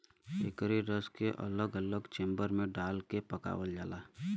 एकरे रस के अलग अलग चेम्बर मे डाल के पकावल जाला